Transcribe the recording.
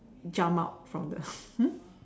jump out from the hmm